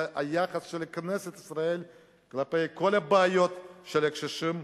זה היחס של כנסת ישראל כלפי כל הבעיות של הקשישים,